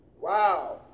Wow